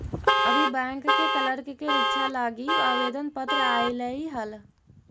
अभी बैंक के क्लर्क के रीक्षा लागी आवेदन पत्र आएलई हल